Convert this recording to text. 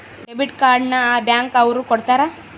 debit card ನ bank ಅವ್ರು ಕೊಡ್ತಾರ